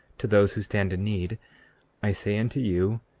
to those who stand in need i say unto you,